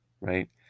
right